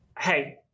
hey